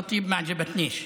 ח'טיב (אומר בערבית: לא מצאה חן בעיניי.)